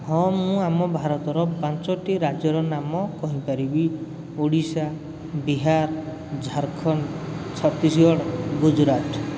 ହଁ ମୁଁ ଆମ ଭାରତର ପାଞ୍ଚୋଟି ରାଜ୍ୟର ନାମ କହିପାରିବି ଓଡ଼ିଶା ବିହାର ଝାରଖଣ୍ଡ ଛତିଶଗଡ଼ ଗୁଜୁରାଟ